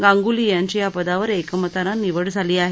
गांगुली यांची या पदावर एकमतानं निवड झाली आहे